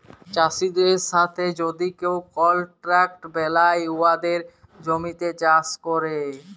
চাষীদের সাথে যদি কেউ কলট্রাক্ট বেলায় উয়াদের জমিতে চাষ ক্যরে